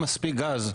יהיה לנו מספיק גז.